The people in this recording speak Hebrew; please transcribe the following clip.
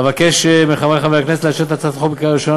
אבקש מחברי הכנסת לאשר את הצעת החוק בקריאה ראשונה